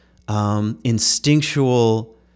Instinctual